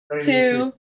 two